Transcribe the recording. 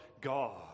God